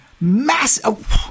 massive